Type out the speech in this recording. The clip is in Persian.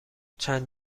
چند